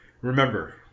remember